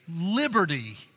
Liberty